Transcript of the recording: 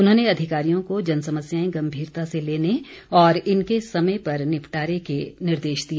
उन्होंने अधिकारियों को जन समस्याएं गम्भीरता से लेने और इनके समय पर निपटारे के निर्देश दिए